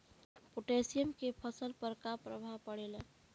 Potassium के फसल पर का प्रभाव पड़ेला?